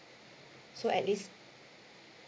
so at least